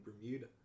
Bermuda